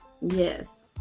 Yes